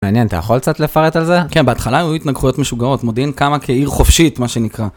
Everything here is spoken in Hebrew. מעניין, אתה יכול קצת לפרט על זה? כן, בהתחלה היו התנגחויות משוגעות, מודיעין קמה כעיר חופשית, מה שנקרא.